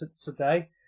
today